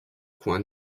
coin